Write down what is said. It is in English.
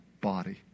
body